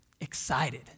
excited